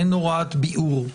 אין הוראת ביעור.